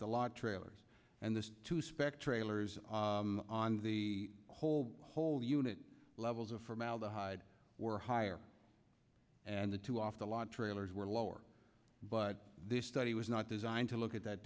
the lot trailers and the two spec trailers on the whole whole unit levels of formaldehyde were higher and the two off the lot trailers were lower but this study was not designed to look at that